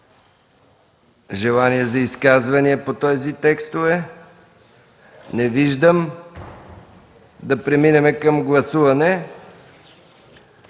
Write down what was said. Желание за изказване по тези текстове? Не виждам. Преминаваме към гласуване